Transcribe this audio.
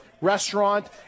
restaurant